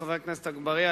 חבר הכנסת אגבאריה,